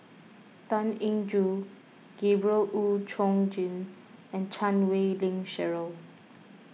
Tan Eng Joo Gabriel Oon Chong Jin and Chan Wei Ling Cheryl